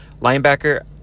Linebacker